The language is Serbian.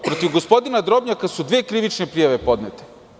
Protiv gospodina Drobnjaka su dve krivične prijave podnete.